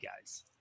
guys